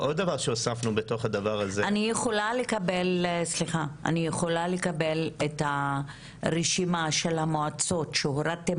אני יכולה לקבל את הרשימה של המועצות שהורדתם